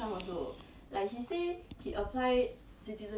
but that day catherine said she got the money right